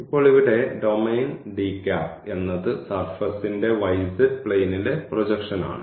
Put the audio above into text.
ഇപ്പോൾ ഇവിടെ ഡൊമെയ്ൻ എന്നത് സർഫസ്ന്റെ yz പ്ലെയിനിലെ പ്രൊജക്ഷനാണ്